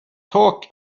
talk